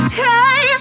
hey